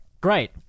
great